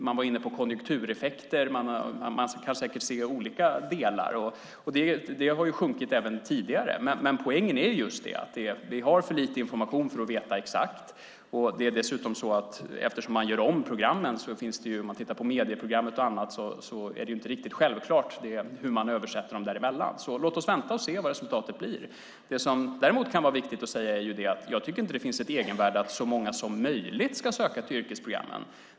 Man var inne på konjunktureffekter. Man kan säkert se olika delar. Det har sjunkit även tidigare. Men poängen är just att vi har för lite information för att veta exakt. Och eftersom man gör om programmen - man kan titta på medieprogrammet och annat - är det inte riktigt självklart hur man översätter dem, där emellan. Låt oss därför vänta och se vad resultatet blir! Det som däremot kan vara viktigt att säga är: Jag tycker inte att det finns ett egenvärde i att så många som möjligt ska söka till yrkesprogrammen.